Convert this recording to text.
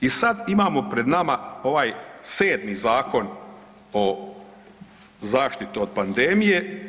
I sada imamo pred nama ovaj 7. Zakon o zaštiti od pandemije.